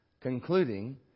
concluding